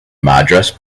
madras